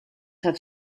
have